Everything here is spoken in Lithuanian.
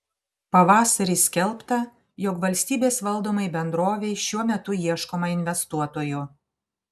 pavasarį skelbta jog valstybės valdomai bendrovei šiuo metu ieškoma investuotojų